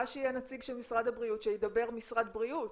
שיהיה נציג של משרד הבריאות שידבר משרד הבריאות.